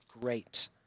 great